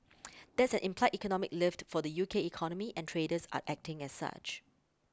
that's an implied economic lift for the U K economy and traders are acting as such